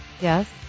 Yes